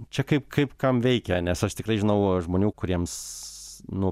čia kaip kaip kam veikia nes aš tikrai žinau žmonių kuriems nu